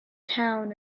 town